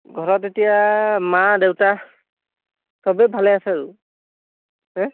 ঘৰত এতিয়া মা দেউতা চবেই ভালে আছে আৰু হে